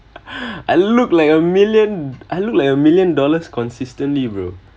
I look like a million I look like a million dollars consistently bro